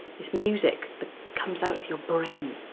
it's music that comes out of your brain.